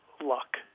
luck